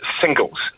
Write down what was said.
singles